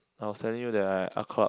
I was telling you that I art club